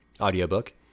audiobook